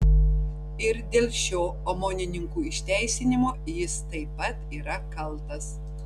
ir dėl šio omonininkų išteisinimo jis taip pat yra kaltas